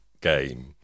game